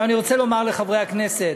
עכשיו אני רוצה לומר לחברי הכנסת,